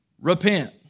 Repent